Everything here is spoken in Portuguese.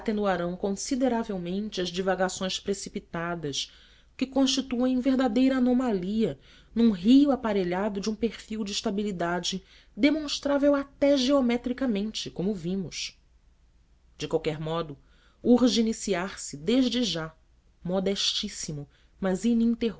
se atenuarão consideravelmente as divagações precitadas que constituem verdadeira anomalia num rio aparelhado de um perfil de estabilidade demonstrável até geometricamente como vimos de qualquer modo urge iniciar se desde já modestíssimo mas